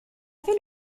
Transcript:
fait